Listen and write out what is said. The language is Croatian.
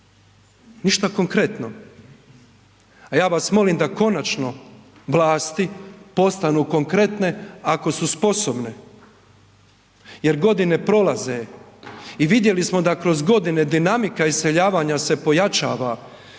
ništa konkretno, a ja vas molim da konačno vlasti postanu konkretne ako su sposobne jer godine prolaze i vidjeli smo da kroz godine dinamika iseljavanja se pojačava